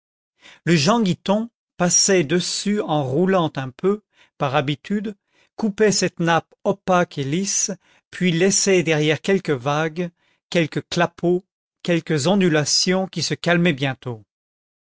le jean guiton passait dessus en roulant un peu par habitude coupait cette nape opaque et lisse puis laissait derrière quelques vagues quelques clapots quelques ondulations qui se calmaient bientôt